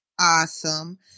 Awesome